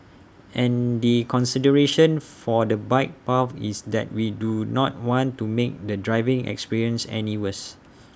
and the consideration for the bike path is that we do not want to make the driving experience any worse